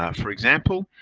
um for example,